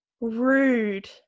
Rude